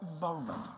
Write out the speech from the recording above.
moment